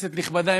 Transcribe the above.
כנסת נכבדה,